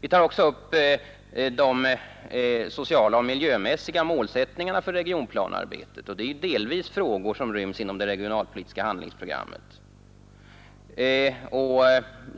Vi tar också upp de sociala och miljömässiga målsättningarna för regionplanearbetet, och det är delvis frågor som ryms inom det regionalpolitiska handlingsprogrammet.